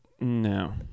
No